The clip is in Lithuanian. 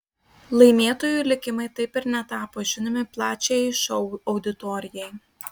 laimėtojų likimai taip ir netapo žinomi plačiajai šou auditorijai